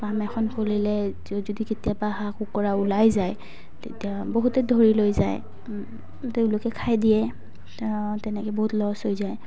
farm এখন খলিলে যদি কেতিয়াবা হাঁহ কুকুৰা ওলাই যায় তেতিয়া বহুতে ধৰি লৈ যায় তেওঁলোকে খাই দিয়ে তেনেকে বহুত লছ হৈ যায়